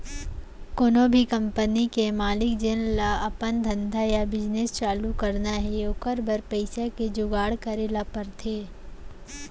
कोनो भी कंपनी के मालिक जेन ल अपन धंधा या बिजनेस चालू करना हे ओकर बर पइसा के जुगाड़ करे ल परथे